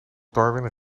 darwin